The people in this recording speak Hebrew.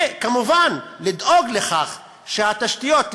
וכמובן לדאוג לתשתיות,